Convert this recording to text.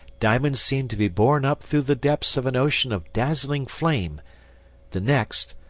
diamond seemed to be borne up through the depths of an ocean of dazzling flame the next,